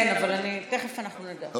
כן, אבל אני, תכף אנחנו נדע.